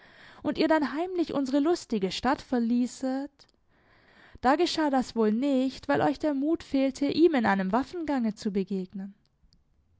und ihr dann heimlich unsere lustige stadt verließet da geschah das wohl nicht weil euch der mut fehlte ihm in einem waffengange zu begegnen